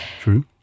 True